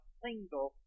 single